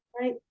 right